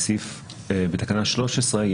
בתקנה 13,